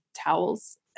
towels